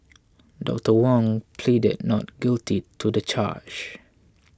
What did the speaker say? Doctor Wong pleaded not guilty to the charge